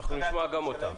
נשמע גם אותם.